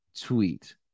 tweet